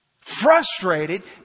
frustrated